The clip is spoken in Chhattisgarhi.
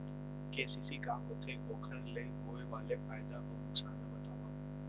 के.सी.सी का होथे, ओखर ले होय वाले फायदा अऊ नुकसान ला बतावव?